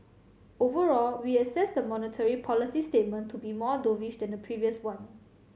overall we assess the monetary policy statement to be more dovish than the previous one